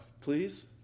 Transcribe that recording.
Please